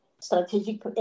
strategic